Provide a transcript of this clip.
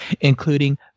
including